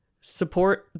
support